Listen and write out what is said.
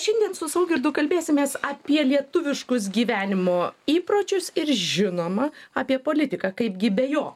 šiandien su saugirdu kalbėsimės apie lietuviškus gyvenimo įpročius ir žinoma apie politiką kaipgi be jo